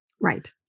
Right